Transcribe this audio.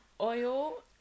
oil